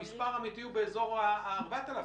המספר האמיתי באזור ה-4,000.